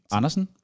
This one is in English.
Andersen